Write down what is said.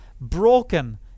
broken